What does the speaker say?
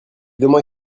demain